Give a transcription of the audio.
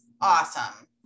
awesome